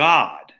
God